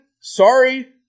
sorry